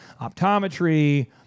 optometry